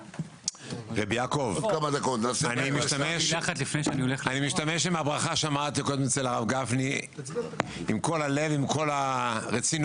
אני משתמש בברכה שאמר קודם הרב גפני עם כל הלב וכל הרצינות: